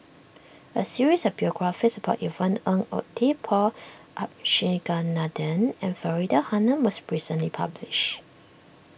a series of biographies about Yvonne Ng Uhde Paul Abisheganaden and Faridah Hanum was recently published